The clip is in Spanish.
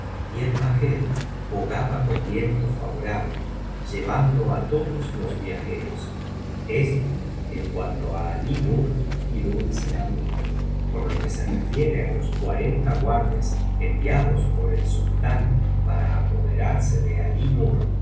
en él y el bajel bogaba con viento favorable llevando á todos los viajeros esto en cuanto á alí nur y dulce amiga por lo que se refiere á los cuarenta guardias enviados por el sultán para apoderarse de